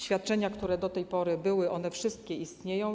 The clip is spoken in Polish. Świadczenia, które do tej pory były, wszystkie istnieją.